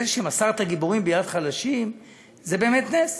זה שמסרת גיבורים ביד חלשים זה באמת נס.